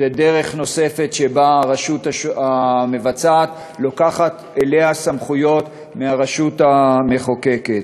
זו דרך נוספת שבה הרשות המבצעת לוקחת אליה סמכויות מהרשות המחוקקת.